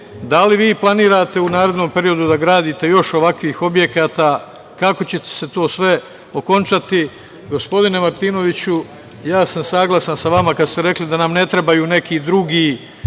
Da li vi planirate u narednom periodu da gradite još ovakvih objekata? Kako će se to sve okončati? Gospodine Martinoviću, ja sam saglasan sa vama kada ste rekli da nam ne trebaju neki drugi,